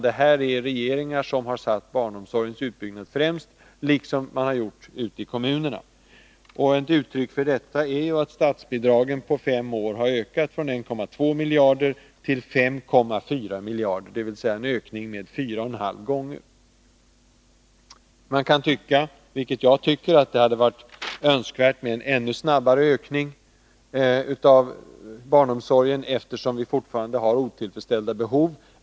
Detta är regeringar som har satt barnomsorgens utbyggnad främst, liksom man har gjort ute i kommunerna. Ett uttryck för detta är att statsbidragen på fem år har ökat från 1,2 miljarder till 5,4 miljarder. Det är en ökning med fyra och en halv gånger. Man kan tycka — vilket jag gör — att det hade varit önskvärt med en ännu snabbare ökning av antalet platser inom barnomsorgen, eftersom vi fortfarande har otillfredsställda behov.